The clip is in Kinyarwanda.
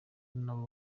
nabo